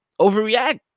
overreact